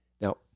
Now